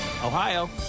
Ohio